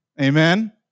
Amen